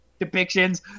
depictions